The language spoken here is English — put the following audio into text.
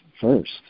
first